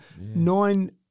nine